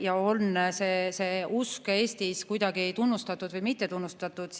ja on see usk Eestis kuidagi tunnustatud või mittetunnustatud,